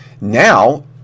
now